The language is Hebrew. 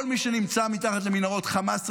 כל מי שנמצא מתחת למנהרות חמאס,